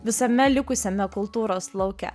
visame likusiame kultūros lauke